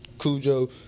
Cujo